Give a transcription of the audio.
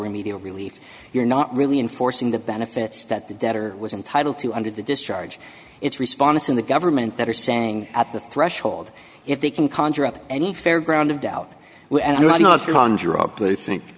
remedial relief you're not really in forcing the benefits that the debtor was entitled to under the discharge it's response from the government that are saying at the threshold if they can conjure up any fair ground of doubt